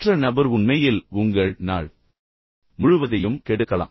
மற்ற நபர் உண்மையில் உங்கள் நாள் முழுவதையும் கெடுக்கலாம்